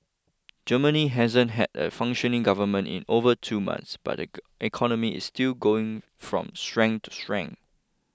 Germany hasn't had a functioning government in over two months but the economy is still going from strength to strength